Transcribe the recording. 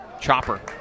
Chopper